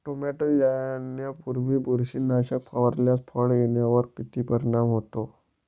Tomato येण्यापूर्वी बुरशीनाशक फवारल्यास फळ येण्यावर किती परिणाम होतो?